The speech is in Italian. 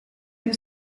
più